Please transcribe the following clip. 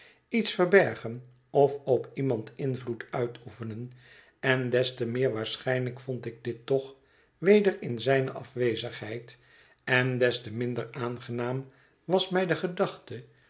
iets verbergen of op iemand invloed uitoefenen en des te meer waarschijnlijk vond ik dit toch weder in zijne afwezigheid en des te minder aangenaam was mij de gedachte